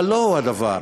אבל לא הוא הדבר.